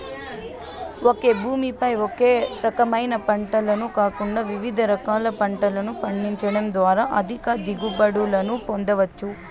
ఒకే భూమి పై ఒకే రకమైన పంటను కాకుండా వివిధ రకాల పంటలను పండించడం ద్వారా అధిక దిగుబడులను పొందవచ్చు